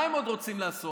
מה הם עוד רוצים לעשות?